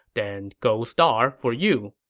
then gold star for you.